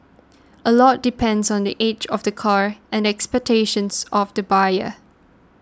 a lot depends on the age of the car and the expectations of the buyer